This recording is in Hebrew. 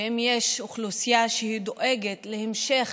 ואם יש אוכלוסייה שדואגת להמשך